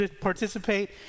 participate